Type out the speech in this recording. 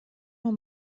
nur